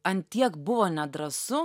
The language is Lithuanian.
ant tiek buvo nedrąsu